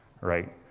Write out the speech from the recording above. right